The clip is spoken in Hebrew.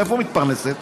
מאיפה מתפרנסת?